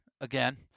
again